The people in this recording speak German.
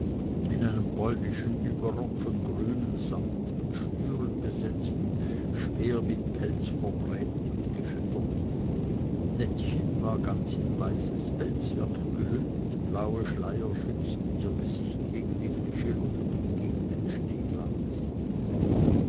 in einem polnischen überrock von grünem sammet mit schnüren besetzt und schwer mit pelz verbrämt und gefüttert nettchen war ganz in weißes pelzwerk gehüllt blaue schleier schützten ihr gesicht gegen die frische luft und gegen den